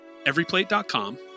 everyplate.com